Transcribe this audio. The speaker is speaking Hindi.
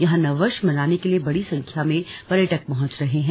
यहां नववर्ष मनाने के लिये बड़ी संख्या में पर्यटक पहुंच रहे हैं